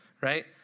right